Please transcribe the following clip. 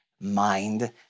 mind